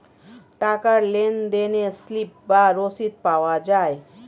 টাকার লেনদেনে স্লিপ বা রসিদ পাওয়া যায়